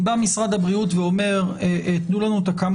אם בא משרד הבריאות ואומר: תנו לנו כמה